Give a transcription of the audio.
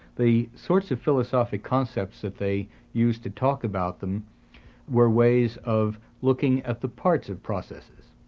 the sorts of philosophic concepts that they used to talk about them were ways of looking at the parts of processes,